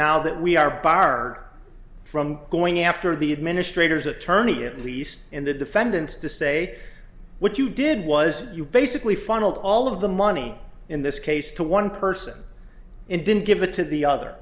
now that we are bar from going after the administrators attorney at least in the defendants to say what you did was you basically funneled all of the money in this case to one person and didn't give it to the other